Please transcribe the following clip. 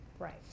right